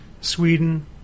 Sweden